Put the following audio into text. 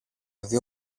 δυο